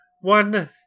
One